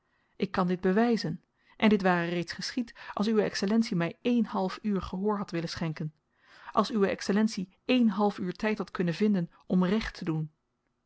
ik kan dit bewyzen en dit ware reeds geschied als uwe excellentie my één half uur gehoor had willen schenken als uwe excellentie één half uur tyd had kunnen vinden om recht te doen